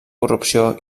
corrupció